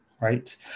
Right